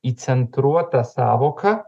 įcentruota sąvoka